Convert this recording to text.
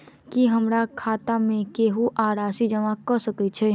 की हमरा खाता मे केहू आ राशि जमा कऽ सकय छई?